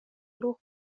lur